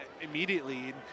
immediately